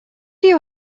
you